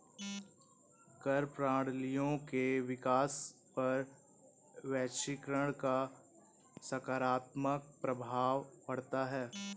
कर प्रणालियों के विकास पर वैश्वीकरण का सकारात्मक प्रभाव पढ़ता है